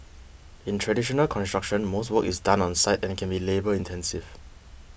in traditional construction most work is done on site and can be labour intensive